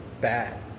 Bad